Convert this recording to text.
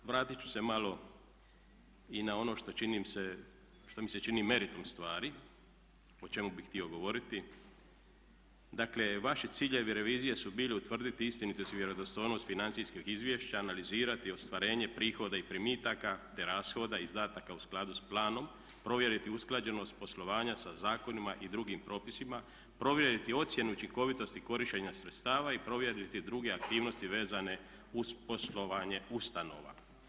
No, vratiti ću se malo i na ono što mi se čini meritum stvari, o čemu bih htio govoriti, dakle vaši ciljevi revizije su bili utvrditi istinitost i vjerodostojnost financijskog izvješća, analizirati ostvarenje prihoda i primitaka, te rashoda, izdataka u skladu sa planom, provjeriti usklađenost poslovanja sa zakonima i drugim propisima, provjeriti ocjenu učinkovitosti korištenja sredstava i provjeriti druge aktivnosti vezane uz poslovanje ustanova.